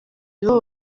nibo